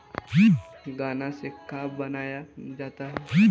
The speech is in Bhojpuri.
गान्ना से का बनाया जाता है?